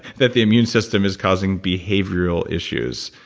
that the immune system is causing behavioral issues.